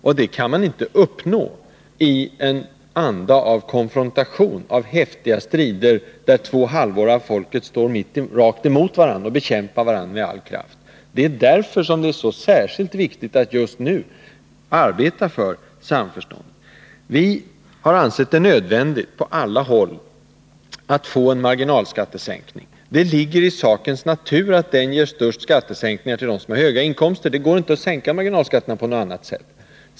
Och det kan man inte uppnå i en anda av konfrontation, av häftiga strider, där två halvor av folket står rakt emot varandra och bekämpar varandra med all kraft. Det är därför det är särskilt viktigt att just nu arbeta för samförstånd. Vi har på alla håll ansett det nödvändigt att få en marginalskattesänkning. Det ligger i sakens natur att den ger den största skattesänkningen för dem som har höga inkomster. Det går inte att sänka marginalskatten på något annat sätt.